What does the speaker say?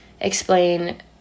explain